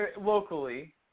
locally